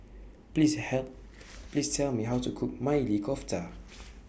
Please hell Please Tell Me How to Cook Maili Kofta